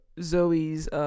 Zoe's